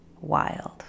wild